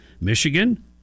Michigan